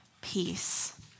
peace